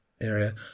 area